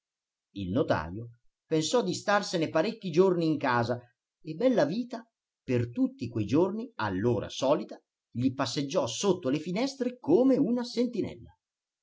il notajo pensò di starsene parecchi giorni in casa e bellavita per tutti quei giorni all'ora solita gli passeggiò sotto le finestre come una sentinella